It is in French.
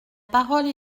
parole